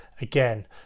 again